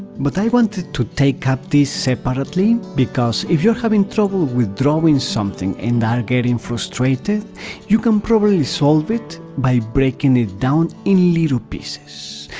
but i wanted to take up this separately because if you are having trouble with drawing something and are getting frustrated you can probably solve it by breaking it down in little pieces.